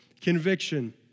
conviction